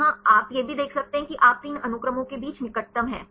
यहाँ आप यह भी देख सकते हैं कि आप इन तीन अनुक्रमों के बीच निकटतम हैं